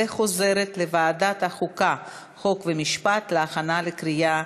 לוועדת החוקה, חוק ומשפט נתקבלה.